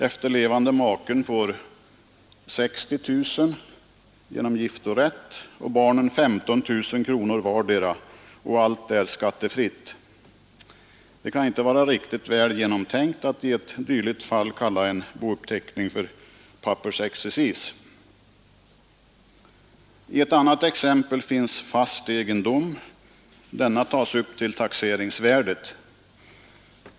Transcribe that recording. Efterlevande maken får 60 000 kronor genom giftorätt och barnen 15 000 kronor vardera — och allt är skattefritt. Det kan inte vara riktigt väl genomtänkt att i ett dylikt fall kalla en bouppteckning för pappersexercis. I ett annat exempel finns fast egendom. Denna tas upp till taxeringsvärdet.